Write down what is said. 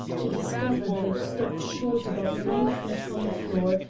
to discover that it stopped short about nine feet from the floor,